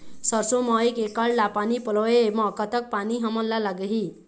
सरसों म एक एकड़ ला पानी पलोए म कतक पानी हमन ला लगही?